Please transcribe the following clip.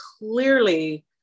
clearly